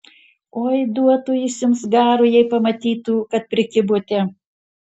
oi duotų jis jums garo jei pamatytų kad prikibote